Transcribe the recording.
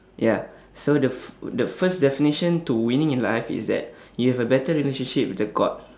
ya so the f~ the first definition to winning is life is that you have a better relationship with the god